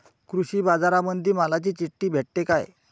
कृषीबाजारामंदी मालाची चिट्ठी भेटते काय?